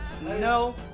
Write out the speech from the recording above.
no